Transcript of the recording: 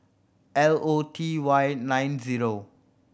L O T Y nine zero